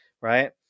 right